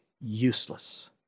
useless